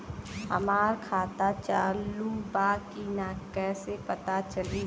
हमार खाता चालू बा कि ना कैसे पता चली?